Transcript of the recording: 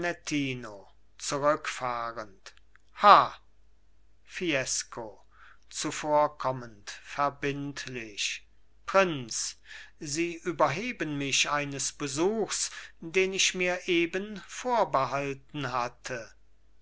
zurückfahrend ha fiesco zuvorkommend verbindlich prinz sie überheben mich eines besuchs den ich mir eben vorbehalten hatte